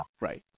right